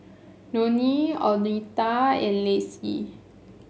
Lonie Oleta and Lacy